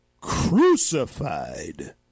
crucified